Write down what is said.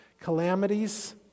calamities